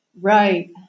right